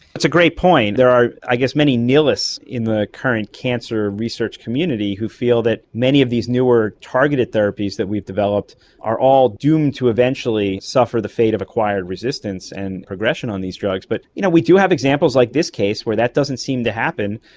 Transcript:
that's a great point. there are i guess many nihilists in the current cancer research community who feel that many of these newer targeted therapies that we've developed are all doomed to eventually suffer the fate of acquired resistance and progression on these drugs. but you know we do have examples like this case where that doesn't seem to happen.